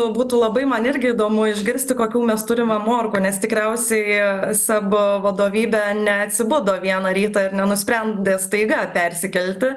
būtų labai man irgi įdomu išgirsti kokių mes turime morkų nes tikriausiai sebo vadovybė neatsibudo vieną rytą ir nenusprendė staiga persikelti